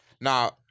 Now